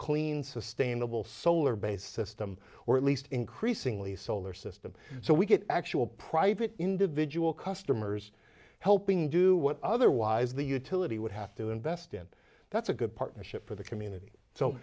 clean sustainable solar based system or at least increasingly solar system so we get actual private individual customers helping do what otherwise the utility would have to invest in that's a good partnership for the community so